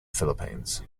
philippines